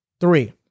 Three